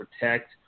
protect